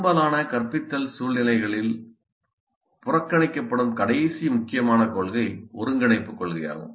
பெரும்பாலான கற்பித்தல் சூழ்நிலைகளில் புறக்கணிக்கப்படும் கடைசி முக்கியமான கொள்கை ஒருங்கிணைப்புக் கொள்கையாகும்